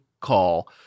call